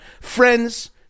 Friends